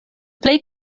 plej